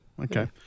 Okay